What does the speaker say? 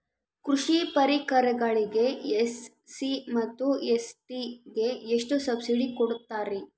ಕೃಷಿ ಪರಿಕರಗಳಿಗೆ ಎಸ್.ಸಿ ಮತ್ತು ಎಸ್.ಟಿ ಗೆ ಎಷ್ಟು ಸಬ್ಸಿಡಿ ಕೊಡುತ್ತಾರ್ರಿ?